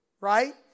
right